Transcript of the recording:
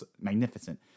magnificent